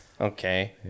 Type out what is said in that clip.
Okay